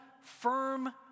firm